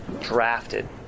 drafted